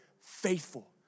faithful